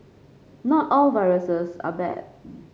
not all viruses are bad